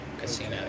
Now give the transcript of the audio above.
Casino